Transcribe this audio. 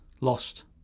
lost